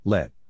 Let